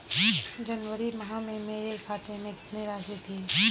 जनवरी माह में मेरे खाते में कितनी राशि थी?